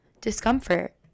discomfort